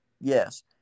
yes